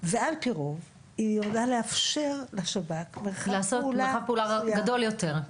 על פי רוב היא יכולה לאפשר לשב"כ מרחב פעולה גדול יותר.